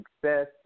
success